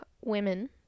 women